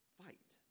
fight